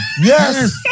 Yes